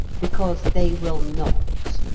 because they will not.